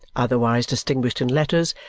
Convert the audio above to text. otherwise distinguished in letters,